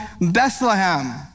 Bethlehem